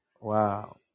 Wow